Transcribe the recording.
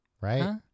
Right